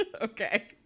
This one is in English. Okay